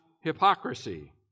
hypocrisy